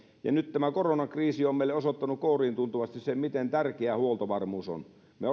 nyt tämä koronakriisi on meille osoittanut kouriintuntuvasti sen miten tärkeä huoltovarmuus on me